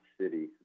city